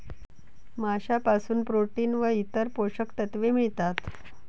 माशांपासून प्रोटीन व इतर पोषक तत्वे मिळतात